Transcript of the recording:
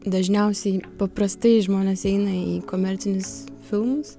dažniausiai paprastai žmonės eina į komercinius filmus